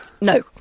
No